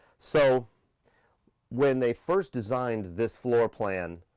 so when they first designed this floor plan,